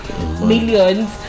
millions